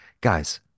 Guys